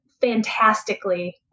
fantastically